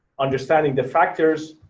understanding the factors